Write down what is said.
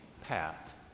path